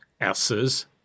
S's